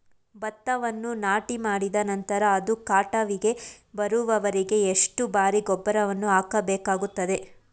ಭತ್ತವನ್ನು ನಾಟಿಮಾಡಿದ ನಂತರ ಅದು ಕಟಾವಿಗೆ ಬರುವವರೆಗೆ ಎಷ್ಟು ಬಾರಿ ಗೊಬ್ಬರವನ್ನು ಹಾಕಬೇಕಾಗುತ್ತದೆ?